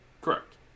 Correct